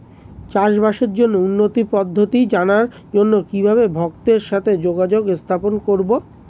চাষবাসের জন্য উন্নতি পদ্ধতি জানার জন্য কিভাবে ভক্তের সাথে যোগাযোগ স্থাপন করব?